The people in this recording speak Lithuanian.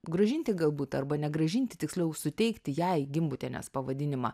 grąžinti galbūt arba negrąžinti tiksliau suteikti jai gimbutienės pavadinimą